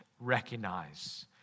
recognize